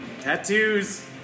Tattoos